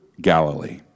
Galilee